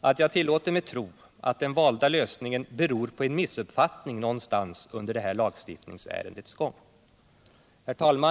att jag tillåter mig tro att den valda lösningen beror på en missuppfattning någonstans under detta lagstiftningsärendes gång. Herr talman!